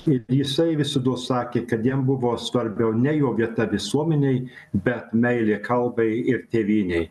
kiek jisai visados sakė kad jam buvo svarbiau ne jo vieta visuomenėj bet meilė kalbai ir tėvynei